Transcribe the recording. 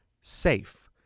SAFE